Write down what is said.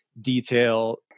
detail